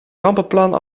rampenplan